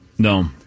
No